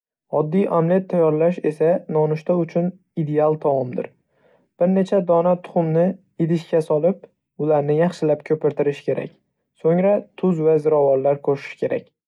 Oddiy omlet tayyorlash esa nonushta uchun ideal taomdir. Bir necha dona tuxumni idishga solib, ularni yaxshilab ko‘pirtirish kerak, so‘ngra tuz va ziravorlar qo‘shish kerak!